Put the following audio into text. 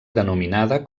denominada